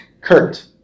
Kurt